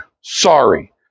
sorry